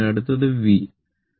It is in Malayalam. അടുത്തത് V